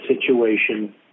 situation